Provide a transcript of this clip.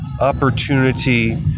opportunity